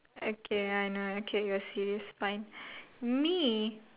okay I know okay you will see this fine me